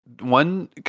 one